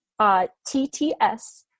TTS